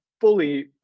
fully